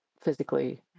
physically